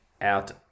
out